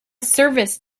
service